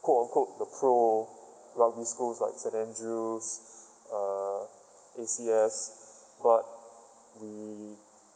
code on code the pro well these schools like st andrew's uh A_C_S but we